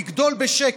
לגדול בשקט,